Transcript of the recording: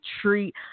treat